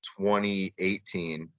2018